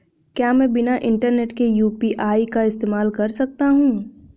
क्या मैं बिना इंटरनेट के यू.पी.आई का इस्तेमाल कर सकता हूं?